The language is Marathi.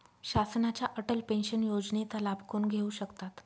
शासनाच्या अटल पेन्शन योजनेचा लाभ कोण घेऊ शकतात?